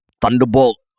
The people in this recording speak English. Thunderbolt